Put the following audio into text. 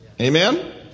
Amen